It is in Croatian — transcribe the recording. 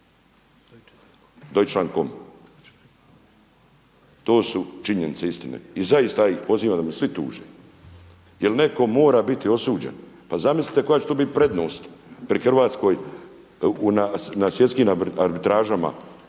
Deutsche com. To su činjenice istinite. I zaista ja ih pozivam da me svi tuže jer netko mora biti osuđen. Pa zamislite koja će to biti prednost pred Hrvatskoj na svjetskim arbitražama